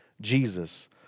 Jesus